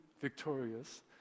victorious